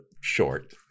short